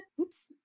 Oops